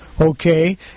Okay